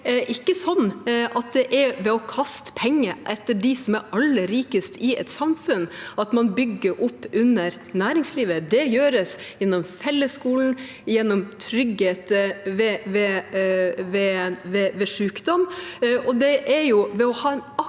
Det er ikke ved å kaste penger etter dem som er aller rikest i et samfunn, at man bygger opp under næringslivet. Det gjøres gjennom fellesskolen og gjennom trygghet ved sykdom, og ved å ha en aktiv